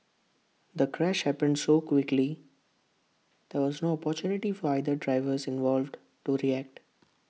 the crash happened so quickly there was no opportunity for either drivers involved to react